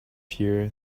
here